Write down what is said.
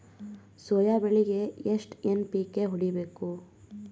Soya ಬೆಳಿಗಿ ಎಷ್ಟು NPK ಹೊಡಿಬೇಕು?